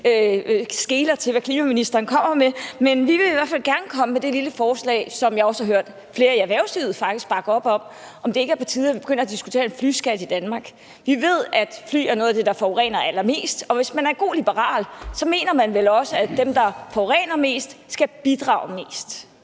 skeler til, hvad klimaministeren kommer med. Vi vil i hvert fald gerne komme med det lille forslag, som jeg også har hørt flere i erhvervslivet faktisk bakke op om, nemlig om ikke det er på tide, at vi begynder at diskutere en flyskat i Danmark. Vi ved, at fly er noget af det, der forurener allermest, og hvis man er god liberal, mener man vel også, at dem, der forurener mest, skal bidrage mest.